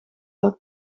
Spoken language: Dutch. dat